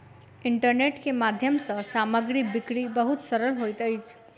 internet के माध्यम सँ सामग्री बिक्री बहुत सरल होइत अछि